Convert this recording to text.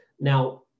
Now